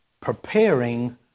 Preparing